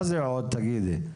מה זה עוד, תגידי?